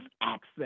access